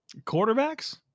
Quarterbacks